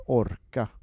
orka